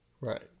Right